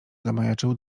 zamajaczył